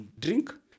drink